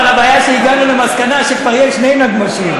אבל הבעיה היא שהגענו למסקנה שכבר יש שני נגמ"שים.